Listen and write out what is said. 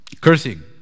Cursing